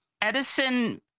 edison